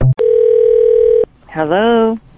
Hello